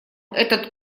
этот